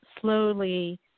Slowly